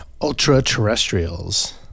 Ultra-terrestrials